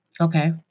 Okay